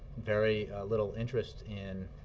very little interest in